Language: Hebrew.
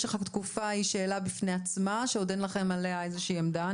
משך התקופה הוא שאלה בפני עצמה שעוד אין לכם עליה איזו עמדה.